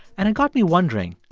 and it got me wondering,